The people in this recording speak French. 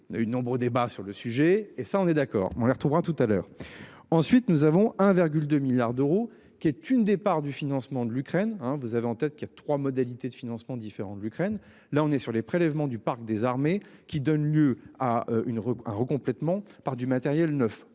Il a eu de nombreux débats sur le sujet et ça on est d'accord mais on les retrouvera tout à l'heure. Ensuite, nous avons 1,2 milliards d'euros, qui est une départ du financement de l'Ukraine, hein, vous avez en tête, qui a trois modalités de financement différent de l'Ukraine, là on est sur les prélèvements du parc des armées qui donne lieu à une, un recomplètement par du matériel neuf.